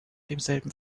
demselben